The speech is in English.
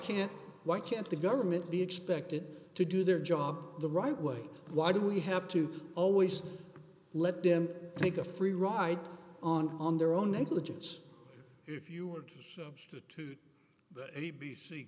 can't why can't the government be expected to do their job the right way why do we have to always let them take a free ride on their own negligence if you were to